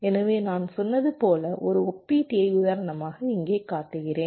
எனவே நான் சொன்னது போல ஒரு ஒப்பீட்டீயை உதாரணமாக இங்கே காட்டுகிறோம்